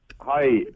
Hi